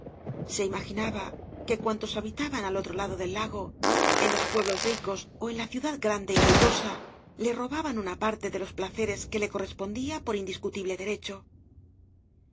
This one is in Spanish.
se imaginaba que cuantos habitaban al otro lado del lago en los pueblos ricos ó en la ciudad grande y ruidosa le robaban una parte de los placeres que le correspondía por indiscutible derecho en